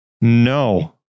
No